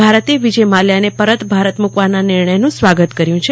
ભારતે વિજય માલ્યા ને પરત ભારત મુકવાના નિર્ણયનું સ્વાગત કર્યું છે